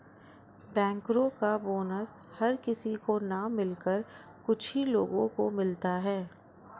बैंकरो का बोनस हर किसी को न मिलकर कुछ ही लोगो को मिलता है